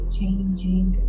changing